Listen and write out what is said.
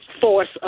force